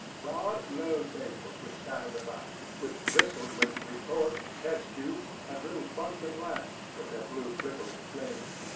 broad, low tables were scattered about, which bristled with retorts, test-tubes, and little bunsen lamps, with their blue flickering flames.